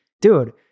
dude